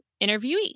interviewee